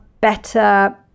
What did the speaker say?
better